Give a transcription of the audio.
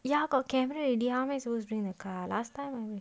ya got camera already how am I suppose to bring the car last time already